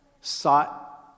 sought